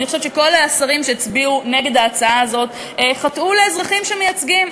אני חושבת שכל השרים שהצביעו נגד ההצעה הזאת חטאו לאזרחים שהם מייצגים.